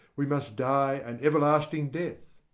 we must die an everlasting death.